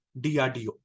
DRDO